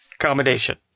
Accommodation